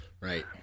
Right